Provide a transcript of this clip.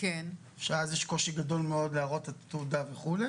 - אז יש קושי גדול להראות תעודה וכו'.